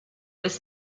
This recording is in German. ist